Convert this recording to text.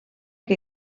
que